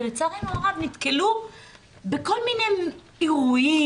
ולצערנו הרב נתקלו בכל מיני אירועים